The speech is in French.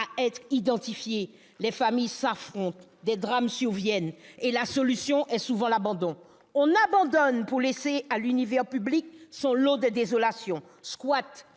à être identifiés. Les familles s'affrontent, des drames surviennent, et la solution est souvent l'abandon. On abandonne pour laisser à l'univers public son lot de désolation : squats,